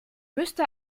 müsste